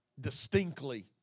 distinctly